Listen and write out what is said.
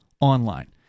online